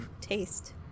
taste